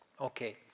Okay